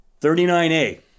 39A